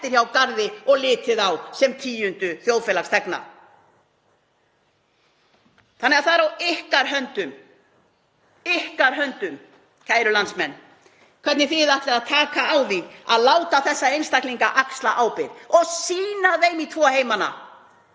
Þannig að það er í ykkar höndum, kæru landsmenn, hvernig þið ætlið að taka á því að láta þessa einstaklinga axla ábyrgð og sýna þeim í tvo heimana.